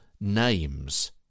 names